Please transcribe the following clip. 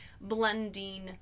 blending